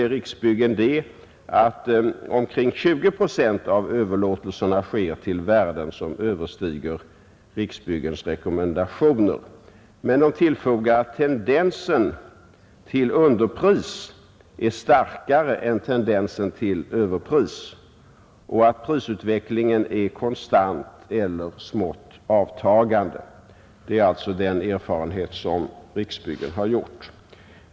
Riksbyggen uppger att omkring 20 procent av överlåtelserna sker till värden som överstiger Riksbyggens rekommendationer, men man tillägger att tendensen till underpris är starkare än tendensen till överpris och att prisutvecklingen är konstant eller smått avtagande. Detta är alltså Riksbyggens erfarenhet.